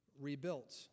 rebuilt